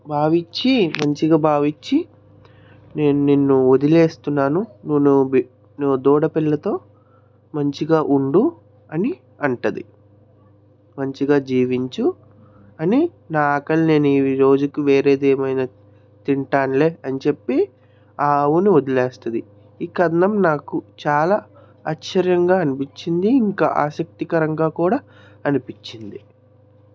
భావించి మంచిగా బావించి నేను నిన్ను వదిలేస్తున్నాను నువ్వు దూడపిల్లతో మంచిగా ఉండు అని అంటుంది మంచిగా జీవించు అని నా ఆకలిని ఈరోజుకి వేరేదేమైనా తింటానులే అని చెప్పి ఆ అవును వదిలేస్తుంది ఈ కథనం నాకు చాలా ఆశ్చర్యంగా అనిపిచ్చింది ఇంకా ఆసక్తికరంగా కూడా అనిపిచ్చింది